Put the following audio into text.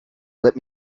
let